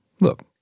look